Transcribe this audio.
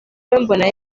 mbona